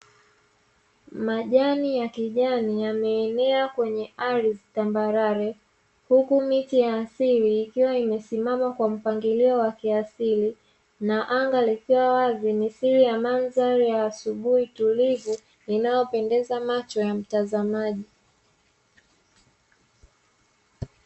Majani ya kijani yameenea kwenye ardhi tambarare, huku miti ya asili ikiwa imesimama kwa mpangilio wa kiasili, na anga likiwa wazi mithili ya mandhari ya asubuhi tulivu, inayopendeza macho ya mtazamaji.